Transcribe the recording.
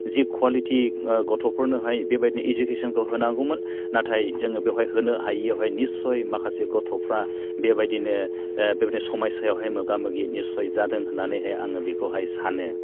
जि quality गथ'फोरनोहाय बेबादिनो इडुकेसनखौ होनांगौमोन नाथाय जोङो बेवहाय होनो हायियावहाय निसय माखासे गथ'फ्रा बेबादिनो बेबादिनो समायसावहाय मोगा मोगि निसय जादों होननानैहाय आङो बेखौ सानो